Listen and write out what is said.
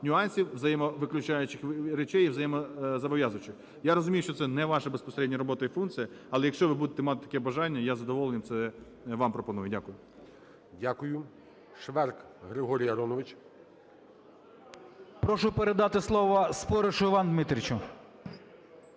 нюансів, взаємовиключаючих речей і взаємозобов'язуючих. Я розумію, що це не ваша безпосередньо робота і функція, але якщо ви будете мати таке бажання, я із задоволенням це вам пропоную. Дякую.